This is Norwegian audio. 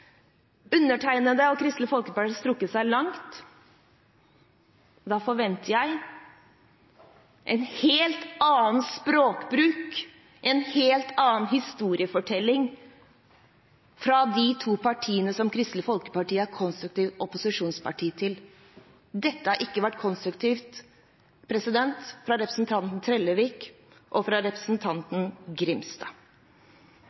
Undertegnede og Kristelig Folkeparti har strukket seg langt. Da forventer jeg en helt annen språkbruk, en helt annen historiefortelling fra de to partiene som Kristelig Folkeparti er konstruktivt opposisjonsparti til. Dette har ikke vært konstruktivt fra representanten Trellevik og fra